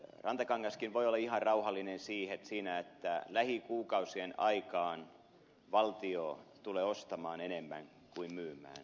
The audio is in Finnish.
rantakangaskin voi olla ihan rauhallinen siinä että lähikuukausien aikaan valtio tulee ostamaan enemmän kuin myymään